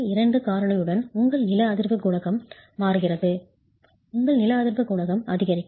2 காரணியுடன் உங்கள் நில அதிர்வு குணகம் மாறுகிறது உங்கள் நில அதிர்வு குணகம் அதிகரிக்கும்